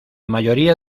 mayoría